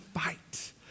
fight